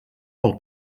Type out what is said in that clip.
pel